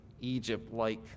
Egypt-like